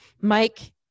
Mike